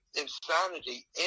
insanity